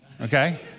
Okay